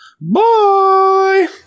Bye